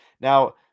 Now